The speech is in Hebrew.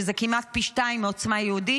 שזה כמעט פי שניים מעוצמה יהודית,